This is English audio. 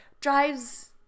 drives